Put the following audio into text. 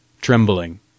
trembling